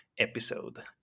episode